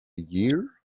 year